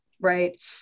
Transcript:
right